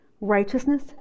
righteousness